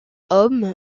homme